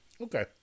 Okay